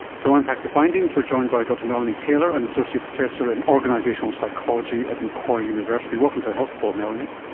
to unpack the findings we are joined by dr melanie taylor, an associate professor in organisational psychology at macquarie university. welcome to the health report, melanie.